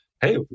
hey